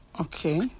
Okay